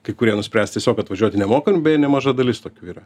kai kurie nuspręs tiesiog atvažiuoti nemokant beje nemaža dalis tokių yra